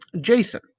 Jason